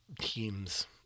teams